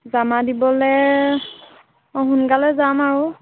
জমা দিবলৈ সোনকালে যাম আৰু